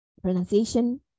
pronunciation